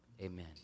amen